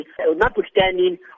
notwithstanding